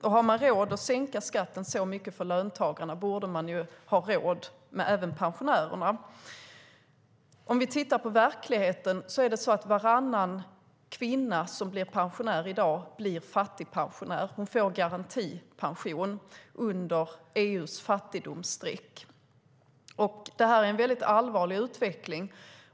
Och har man råd att sänka skatten så mycket för löntagarna borde man ha råd med det även för pensionärerna. Vi kan titta på verkligheten. Varannan kvinna som blir pensionär i dag blir fattigpensionär. Hon får garantipension, under EU:s fattigdomsstreck. Det här är en väldigt allvarlig utveckling.